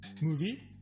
Movie